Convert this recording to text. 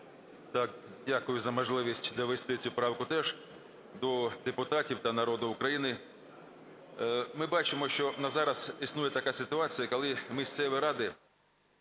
Так, дякую за можливість довести цю правку теж до депутатів та народу України. Ми бачимо, що на зараз існує така ситуація, коли місцеві ради,